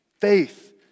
faith